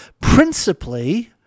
principally